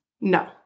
No